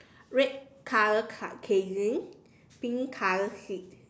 red color ca~ casing pink color seat